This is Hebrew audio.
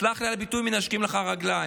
סלח לי על הביטוי, מנשקים לך את הרגליים.